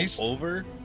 over